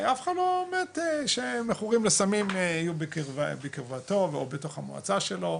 אף אחד לא באמת רוצה שמכורים לסמים יהיו בקרבתו או בתוך המועצה שלו.